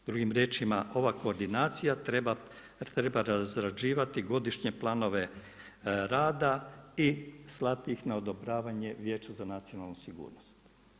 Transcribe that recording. Drugim riječima ova koordinacija treba razrađivati godišnje planove rada i slati ih na odobravanje Vijeću za nacionalnu sigurnost.